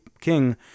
king